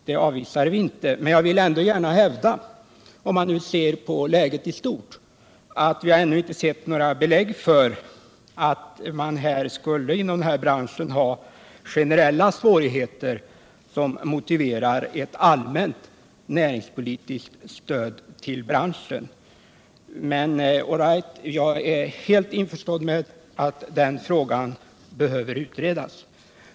Det avvisar vi inte, men jag vill hävda att vi om man ser på läget i stort ännu inte har fått några belägg för att man inom branschen har generella svårigheter som motiverar ett all mänt näringspolitiskt stöd. — Jag är emellertid helt införstådd med att denna fråga behöver utredas.